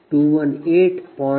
Pg1 218